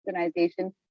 organization